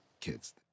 kids